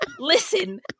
Listen